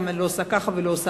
למה אני לא עושה ככה או אחרת.